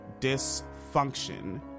dysfunction